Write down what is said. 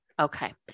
Okay